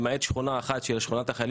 למעט שכונה אחת שהיא שכונת החיילים